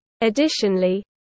Additionally